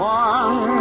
one